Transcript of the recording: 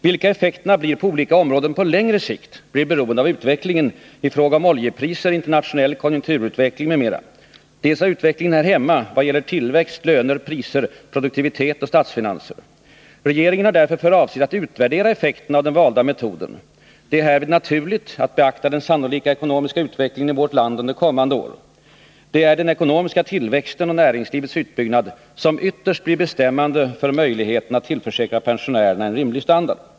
Vilka effekterna blir på olika områden på längre sikt blir beroende dels av utvecklingen i fråga om oljepriser, internationell konjunkturutveckling m.m., dels av utvecklingen här hemma i vad gäller tillväxt, löner, priser, produktivitet och statsfinanser. Regeringen har därför för avsikt att utvärdera effekterna av den valda metoden. Det är härvid naturligt att beakta den sannolika ekonomiska utvecklingen i vårt land under kommande år. Det är den ekonomiska tillväxten och näringslivets utbyggnad som ytterst blir bestämmande för möjligheten att tillförsäkra pensionärerna en rimlig standard.